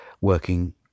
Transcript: working